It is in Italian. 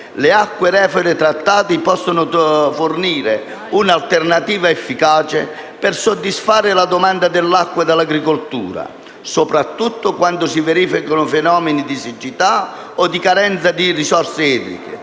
le acque reflue trattate possono fornire un’alternativa efficace per soddisfare la domanda d’acqua dell’agricoltura, soprattutto quando si verificano fenomeni di siccità o di carenza di risorse idriche.